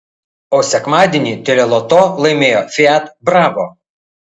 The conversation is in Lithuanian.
o sekmadienį teleloto laimėjo fiat bravo